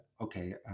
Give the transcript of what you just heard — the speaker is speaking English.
okay